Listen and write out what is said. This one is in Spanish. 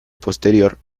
posterior